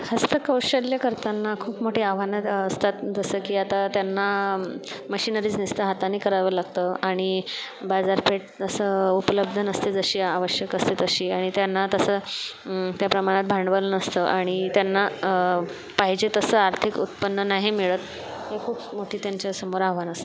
हस्तकौशल्य करताना खूप मोठी आव्हानं असतात जसं की आता त्यांना मशीनरीज नुस्ता हाताने करावे लागतं आणि बाजारपेठ जसं उपलब्ध नसते जशी आवश्यक असते तशी आणि त्यांना तसं त्या प्रमाणात भांडवल नसतं आणि त्यांना पाहिजे तसं आर्थिक उत्पन्न नाही मिळत हे खूप मोठी त्यांच्या समोर आव्हानं अस